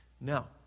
Now